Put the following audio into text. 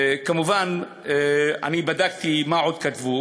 כמובן, בדקתי מה עוד כתבו.